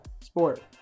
Sport